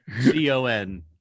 C-O-N